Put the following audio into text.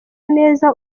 neza